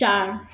चार